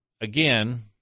again